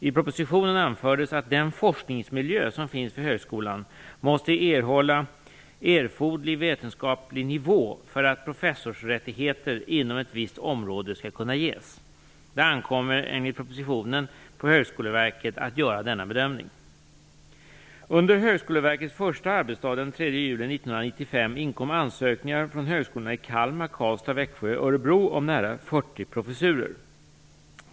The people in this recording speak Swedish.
I propositionen anfördes att den forskningsmiljö som finns vid högskolan måste hålla erforderlig vetenskaplig nivå för att "professorsrättigheter" inom ett visst område skall kunna ges. Det ankommer enligt propositionen på Högskoleverket att göra denna bedömning. professurer.